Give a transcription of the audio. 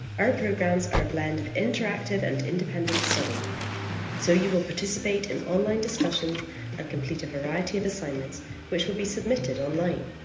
our programmes are a blend of interactive and independent study so you will participate in online discussions and complete a variety of assignments which will be submitted online.